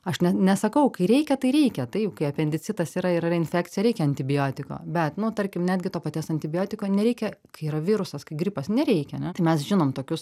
aš net nesakau kai reikia tai reikia taip kai apendicitas yra ir yra infekcija reikia antibiotiko bet nu tarkim netgi to paties antibiotiko nereikia kai yra virusas kaip gripas nereikia ane mes žinom tokius